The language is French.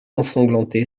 ensanglanté